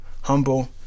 humble